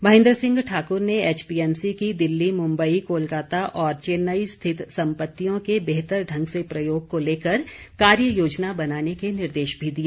महेन्द्र सिंह ठाकुर ने एचपीएमसी की दिल्ली मुम्बई कोलकाता और चैन्नई स्थित संपत्तियों के बेहतर ढंग से प्रयोग को लेकर कार्य योजना बनाने के निर्देश भी दिए